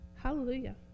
Hallelujah